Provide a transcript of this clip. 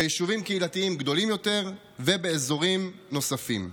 ביישובים קהילתיים גדולים יותר ובאזורים נוספים.